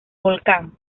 volcán